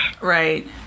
Right